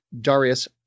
Darius